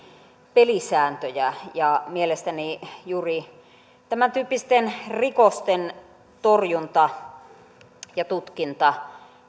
pelisääntöjä ja mielestäni juuri tämäntyyppisten rikosten torjunta ja tutkinta